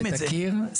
שתכיר,